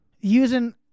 using